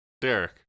Derek